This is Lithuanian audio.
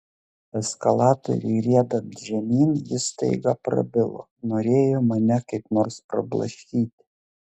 eskalatoriui riedant žemyn jis staiga prabilo norėjo mane kaip nors prablaškyti